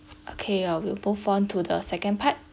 okay I will move on to the second part